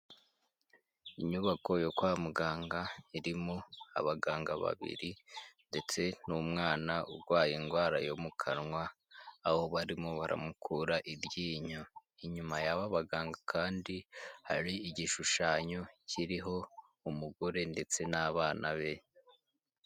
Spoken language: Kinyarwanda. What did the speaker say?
Inyubako yo kwa muganga irimo abaganga babiri ndetse n'umwana urwaye indwara yo mu kanwa, aho barimo baramukura iryinyo. Inyuma y'aba baganga kandi hari igishushanyo kiriho umugore ndetse n'abana be.